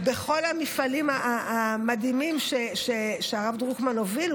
בכל המפעלים המדהימים שהרב דרוקמן הוביל,